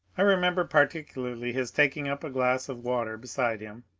i remember particularly his taking up a glass of water beside him,